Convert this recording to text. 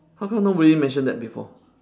how come nobody mention that before